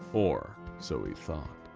or so he thought.